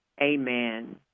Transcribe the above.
Amen